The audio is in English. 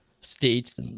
states